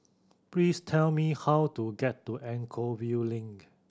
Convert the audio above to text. please tell me how to get to Anchorvale Link